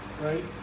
right